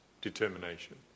determination